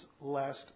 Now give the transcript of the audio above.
last